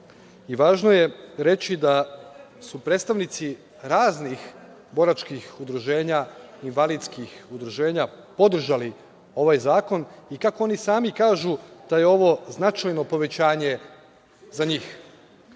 način. Važno je reći da su predstavnici raznih boračkih udruženja, invalidskih udruženja podržali ovaj zakon i kako oni sami kažu da je ovo značajno povećanje za njih.